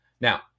Now